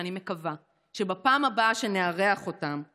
שאני מקווה שבפעם הבאה שנארח אותם,